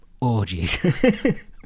orgies